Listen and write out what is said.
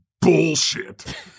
bullshit